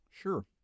Sure